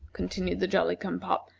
continued the jolly-cum-pop,